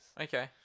Okay